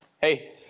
Hey